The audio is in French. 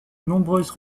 nombreuses